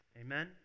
Amen